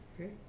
Okay